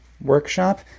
workshop